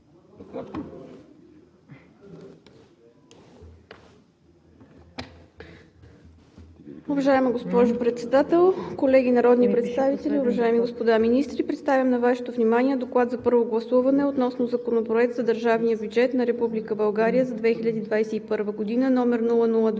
Уважаема госпожо Председател, колеги народни представители, уважаеми господа министри, представям на Вашето внимание „ДОКЛАД за първо гласуване относно Законопроект за държавния бюджет на Република България за 2021